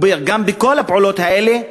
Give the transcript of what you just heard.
וגם בכל הפעולות האלה,